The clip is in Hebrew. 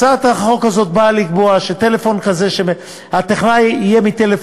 הצעת החוק הזאת באה לקבוע ששיחת הטכנאי תהיה ממספר גלוי,